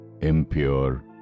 impure